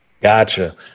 gotcha